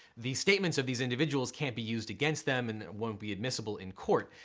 the statements of these individuals can't be used against them and won't be admissible in court.